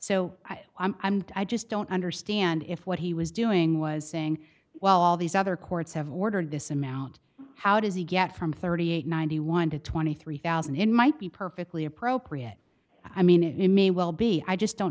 so i m d i just don't understand if what he was doing was saying well all these other courts have ordered this amount how does he get from thirty eight ninety one to twenty three thousand in might be perfectly appropriate i mean it may well be i just don't